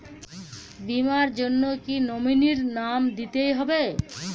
বীমার জন্য কি নমিনীর নাম দিতেই হবে?